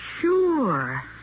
Sure